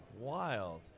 Wild